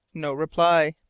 no reply.